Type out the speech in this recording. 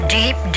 deep